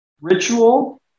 ritual